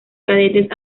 cadetes